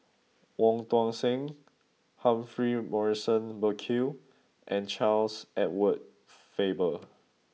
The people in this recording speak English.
Wong Tuang Seng Humphrey Morrison Burkill and Charles Edward Faber